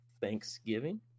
Thanksgiving